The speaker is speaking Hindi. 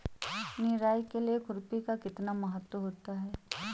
निराई के लिए खुरपी का कितना महत्व होता है?